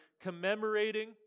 commemorating